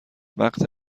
وقت